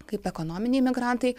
kaip ekonominiai migrantai